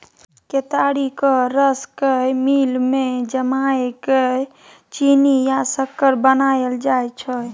केतारीक रस केँ मिल मे जमाए केँ चीन्नी या सक्कर बनाएल जाइ छै